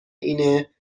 اینه